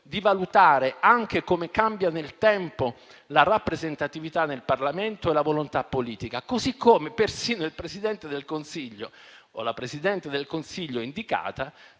di valutare anche come cambia nel tempo la rappresentatività nel Parlamento e la volontà politica. Allo stesso modo persino il Presidente del Consiglio o la Presidente del Consiglio indicata